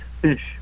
fish